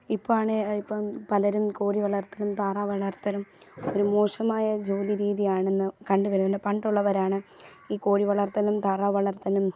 ഇപ്പം ആണേൽ ഇപ്പം പലരും കോഴി വളർത്തലും താറാവ് വളർത്തലും ഒരു മോശമായ ജോലി രീതിയാണിന്ന് കണ്ട് വരുന്നത് പണ്ടുള്ളവരാണ് ഈ കോഴി വളർത്തലും താറാവ് വളർത്തലും